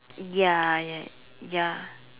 ya ya ya